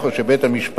או שבית-המשפט